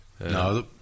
No